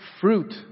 fruit